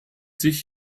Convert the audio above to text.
sich